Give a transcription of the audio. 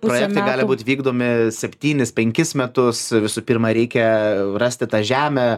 projektai gali būt vykdomi septynis penkis metus visų pirma reikia rasti tą žemę